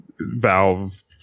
valve